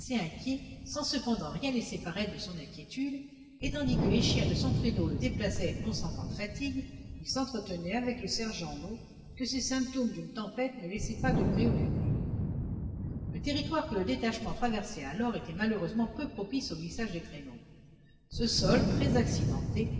inquiet sans cependant rien laisser paraître de son inquiétude et tandis que les chiens de son traîneau le déplaçaient non sans grandes fatigues il s'entretenait avec le sergent long que ces symptômes d'une tempête ne laissaient pas de préoccuper le territoire que le détachement traversait alors était malheureusement peu propice au glissage des traîneaux ce sol très accidenté